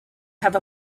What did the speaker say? have